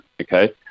Okay